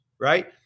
right